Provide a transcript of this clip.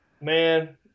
Man